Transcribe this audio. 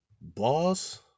Boss